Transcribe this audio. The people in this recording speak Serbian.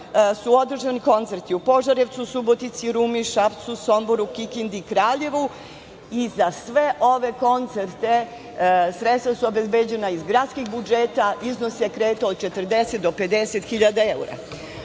su održani koncerti u Požarevcu, Subotici, Rumi, Šapcu, Somboru, Kikindi i Kraljevu i za sve ove koncerte sredstva su obezbeđena iz gradskih budžeta. Iznos se kretao od 40.000 do 50.000 evra. Što